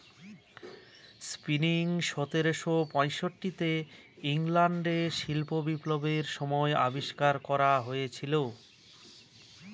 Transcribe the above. spinning সতেরোশো পয়ষট্টি তে ইংল্যান্ডে শিল্প বিপ্লবের সময় আবিষ্কার করা হয়েছিল